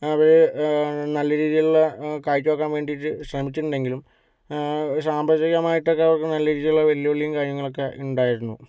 അവര് നല്ല രീതിലൊള്ള കാഴ്ചവക്കാൻ വേണ്ടീട്ട് ശ്രമിച്ചിട്ടുണ്ടെങ്കിലും സാമ്പത്തികമായിട്ടൊക്കെ അവർക്ക് നല്ല രീതിലൊള്ള വെല്ലുവിളിയും കാര്യങ്ങളൊക്കെ ഉണ്ടായിരുന്നു